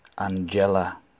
Angela